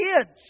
kids